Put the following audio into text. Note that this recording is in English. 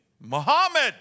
Muhammad